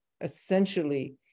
essentially